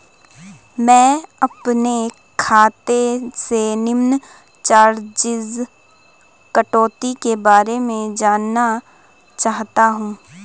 मैं अपने खाते से निम्न चार्जिज़ कटौती के बारे में जानना चाहता हूँ?